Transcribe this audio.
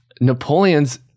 Napoleon's